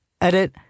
Edit